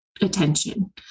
attention